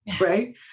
right